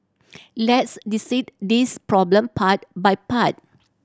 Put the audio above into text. let's dissect this problem part by part